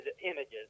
images